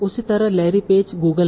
उसी तरह Larry Page Google है